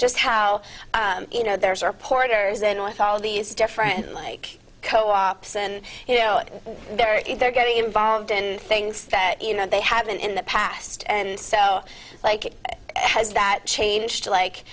just how you know there's a reporter is in with all these different like co ops and you know that they're getting involved in things that you know they haven't in the past and so like it has that changed like